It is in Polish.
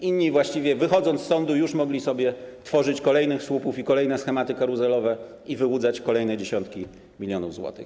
Inni właściwie, wychodząc z sądu, już mogli sobie tworzyć kolejne słupy i kolejne schematy karuzelowe i wyłudzać kolejne dziesiątki milionów złotych.